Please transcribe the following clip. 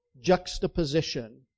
juxtaposition